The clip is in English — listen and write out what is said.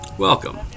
Welcome